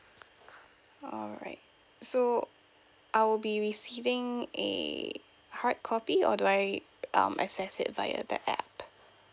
alright so I'll be receiving a hard copy or do I um access it via the app